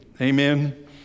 Amen